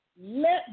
Let